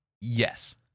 Yes